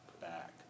back